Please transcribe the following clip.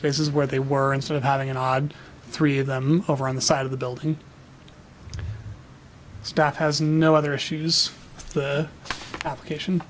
spaces where they were instead of having an odd three of them over on the side of the building staff has no other issues application